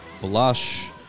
Blush